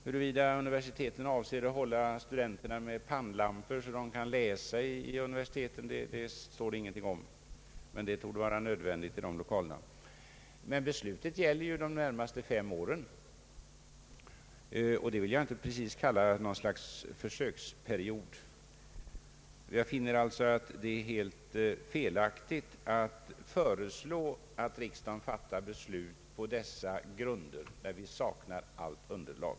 Huruvida universitetet avser att hålla studenterna med pannlampor så att de kan läsa på biograferna, står det ingenting om, men det torde vara nödvändigt i dessa lokaler. Beslutet gäller emellertid de närmaste fem åren, och det vill jag inte precis kalla någon försöksperiod. Jag finner alltså att det är helt felaktigt att föreslå att riksdagen fattar beslut på dessa grunder, när vi saknar allt underlag.